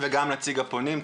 גם נציג הפונים.